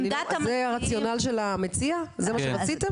זה הרציונל של המציע, זה מה שרציתם?